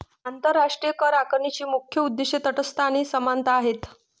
आंतरराष्ट्रीय करआकारणीची मुख्य उद्दीष्टे तटस्थता आणि समानता आहेत